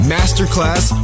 Masterclass